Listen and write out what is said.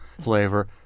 flavor